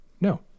No